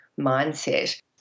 mindset